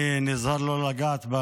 אם אתה רוצה אני יכול להחליף אותך.